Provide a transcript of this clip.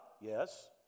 yes